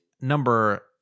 number